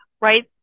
right